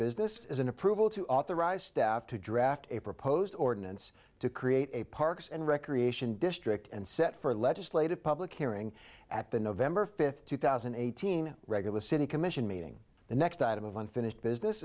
business is an approval to authorize staff to draft a proposed ordinance to create a parks and recreation district and set for a legislative public hearing at the november fifth two thousand and eighteen regular city commission meeting the next item of unfinished business